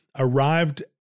arrived